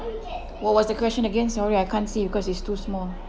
what was the question again sorry I can't see because it's too small